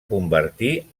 convertir